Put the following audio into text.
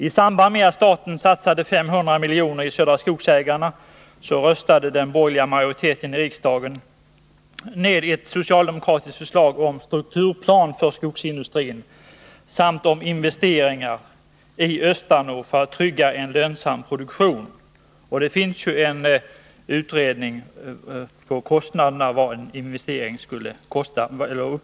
I samband med att staten satsade 500 milj.kr. i Södra Skogsägarna röstade den borgerliga majoriteten i riksdagen ned ett socialdemokratiskt förslag om strukturplan för skogsindustrin samt om investeringar i Östanå för tryggande av en lönsam produktion. Det finns också en utredning om storleken av de investeringar som behövs.